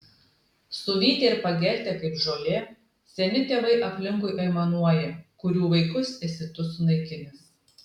suvytę ir pageltę kaip žolė seni tėvai aplinkui aimanuoja kurių vaikus esi tu sunaikinęs